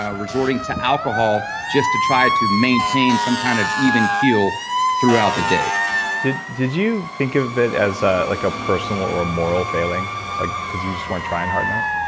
ah resorting to alcohol just to try to maintain some kind of even kill throughout the day did you think of it as a like ah personal or moral failing like because you just weren't trying hard enough?